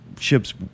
Ships